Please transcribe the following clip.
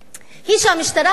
היא שהמשטרה היתה